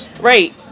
Right